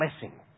blessing